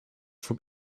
from